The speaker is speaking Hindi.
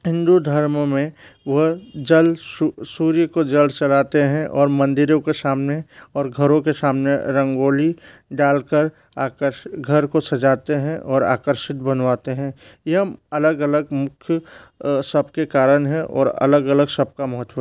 हिंदू धर्म में वो जल सूर्य को जल चढ़ाते हैं और मंदिरों के सामने और घरों के सामने रंगोली डाल कर आकर घर को सजाते हैं और आकर्षित बनवाते हैं यह अलग अलग मुख्य सबके कारण है और अलग अलग सबका महत्व हैं